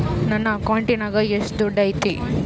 ನನ್ನ ಅಕೌಂಟಿನಾಗ ಎಷ್ಟು ದುಡ್ಡು ಐತಿ?